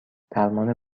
درمان